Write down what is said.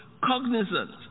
cognizant